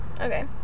okay